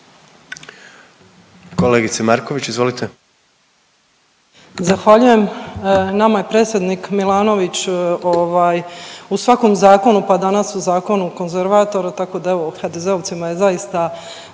izvolite. **Marković, Ivana (SDP)** Zahvaljujem. Nama je predsjednik Milanović ovaj u svakom zakonu, pa danas u Zakonu o konzervatoru, tako da evo HDZ-ovcima je zaista